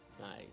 Nice